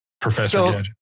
Professor